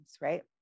right